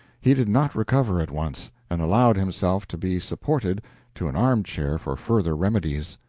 he did not recover at once, and allowed himself to be supported to an arm-chair for further remedies.